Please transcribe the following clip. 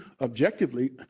objectively